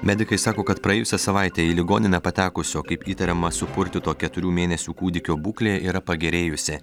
medikai sako kad praėjusią savaitę į ligoninę patekusio kaip įtariama supurtyto keturių mėnesių kūdikio būklė yra pagerėjusi